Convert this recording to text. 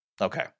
Okay